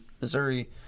Missouri